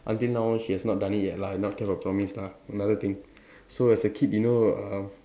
until now she has not done it yet lah not kept her promise lah another thing so as a kid you know uh